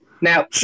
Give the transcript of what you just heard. Now